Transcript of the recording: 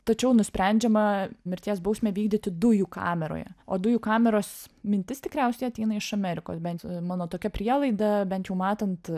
tačiau nusprendžiama mirties bausmę vykdyti dujų kameroje o dujų kameros mintis tikriausiai ateina iš amerikos bent jau mano tokia prielaida bent jau matant